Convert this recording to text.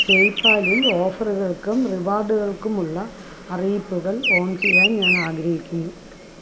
പേയ്പാലിൽ ഓഫറുകൾക്കും റിവാർഡുകൾക്കുമുള്ള അറിയിപ്പുകൾ ഓൺ ചെയ്യാൻ ഞാൻ ആഗ്രഹിക്കുന്നു